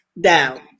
down